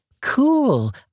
Cool